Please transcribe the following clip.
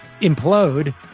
implode